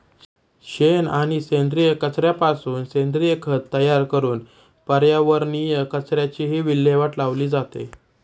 शेण आणि सेंद्रिय कचऱ्यापासून सेंद्रिय खत तयार करून पर्यावरणीय कचऱ्याचीही विल्हेवाट लावली जाते